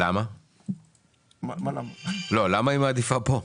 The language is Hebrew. למה היא מעדיפה פה?